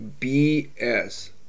BS